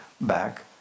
back